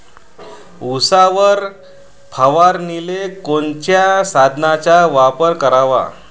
उसावर फवारनीले कोनच्या साधनाचा वापर कराव?